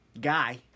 guy